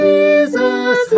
Jesus